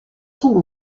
son